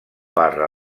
barra